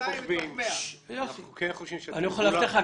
אני יכול להבטיח לך,